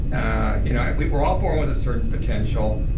ah you know we're we're all born with a certain potential,